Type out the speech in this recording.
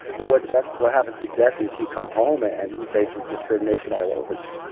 but what jesse what happens to jesse is he comes home and he faces discrimination all over again.